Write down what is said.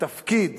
שהתפקיד